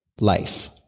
life